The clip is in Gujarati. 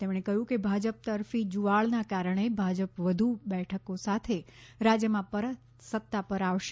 તેમણે કહ્યું કે ભાજપ તરફી જુવાળના કારણે ભાજપ વધુ બેઠકો સાથે રાજ્યમાં પરત સત્તા પર આવશે